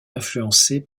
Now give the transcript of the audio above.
influencé